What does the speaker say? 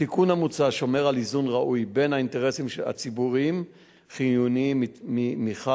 התיקון המוצע שומר על איזון ראוי בין האינטרסים הציבוריים החיוניים מחד,